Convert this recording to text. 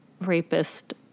rapist